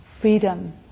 freedom